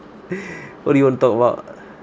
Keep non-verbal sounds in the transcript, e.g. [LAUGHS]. [LAUGHS] what do you wanna talk about